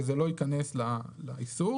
וזה לא ייכנס לאיסור.